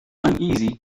uneasy